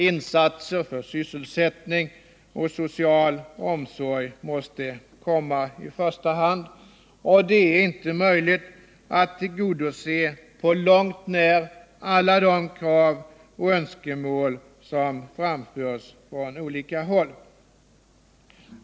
Insatser för sysselsättning och social omsorg måste komma i första hand. Det är inte möjligt att på långt när tillgodose alla de krav och önskemål som framförs från olika håll.